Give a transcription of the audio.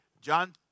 John